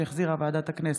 שהחזירה ועדת הכנסת,